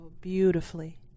Beautifully